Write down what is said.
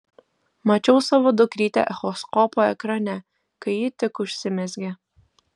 mačiau savo dukrytę echoskopo ekrane kai ji tik užsimezgė